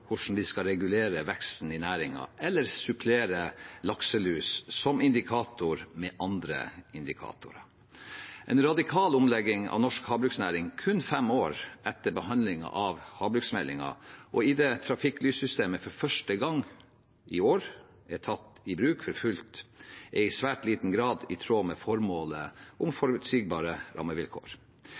hvordan vi skal regulere veksten i næringen, eller supplere lakselus som indikator med andre indikatorer. En radikal omlegging av norsk havbruksnæring kun fem år etter behandlingen av havbruksmeldingen – og idet trafikklyssystemet for første gang, i år, er tatt i bruk for fullt – er i svært liten grad i tråd med formålet om forutsigbare rammevilkår.